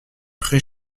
prés